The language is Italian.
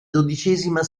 dodicesima